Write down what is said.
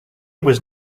was